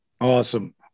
Awesome